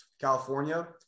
California